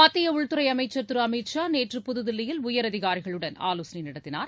மத்திய உள்துறை அமைச்சர் திரு அமித் ஷா நேற்று புதுதில்லியில் உயரதிகாரிகளுடன் ஆலோசனை நடத்தினார்